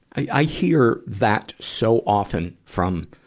i, i hear that so often from,